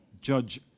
judge